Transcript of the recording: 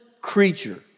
creature